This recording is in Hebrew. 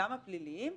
גם הפליליים,